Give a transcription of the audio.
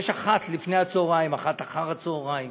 יש אחת לפני הצהריים, אחת אחר הצהריים,